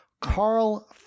Carl